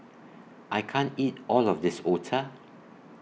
I can't eat All of This Otah